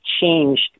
changed